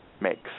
makes